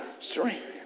strength